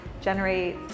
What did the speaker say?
generate